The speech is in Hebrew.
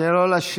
תן לו להשיב.